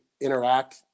interact